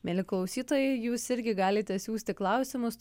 mieli klausytojai jūs irgi galite siųsti klausimus